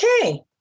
okay